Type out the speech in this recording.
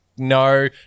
No